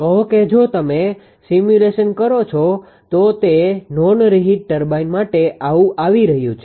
કહો કે જો તમે સિમ્યુલેશન કરો છો તો તે નોન રીહિટ ટર્બાઇન માટે આવું આવી રહ્યું છે